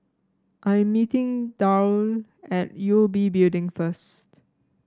I am meeting Darl at U O B Building first